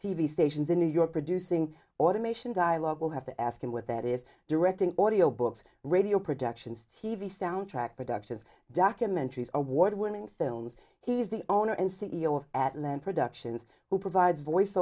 v stations in new york producing automation dialogue will have to ask him what that is directing audiobooks radio productions t v soundtrack productions documentaries award winning films he is the owner and c e o of atlanta productions who provides voice